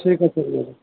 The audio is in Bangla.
ঠিক আছে ম্যাডাম